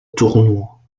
tournoi